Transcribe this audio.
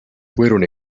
fueron